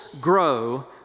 grow